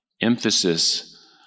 emphasis